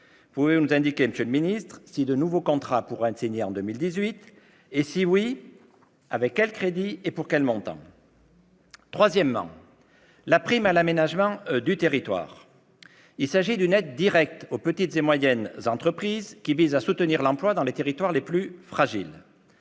pouvez-vous nous indiquer si de nouveaux contrats pourront être signés en 2018 et, si oui, avec quels crédits et pour quels montants ? Troisièmement, la prime à l'aménagement du territoire est une aide directe aux petites et moyennes entreprises qui vise à soutenir l'emploi dans les territoires les plus fragiles.